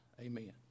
amen